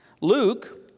Luke